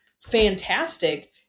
fantastic